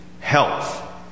health